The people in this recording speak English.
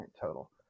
total